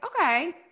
Okay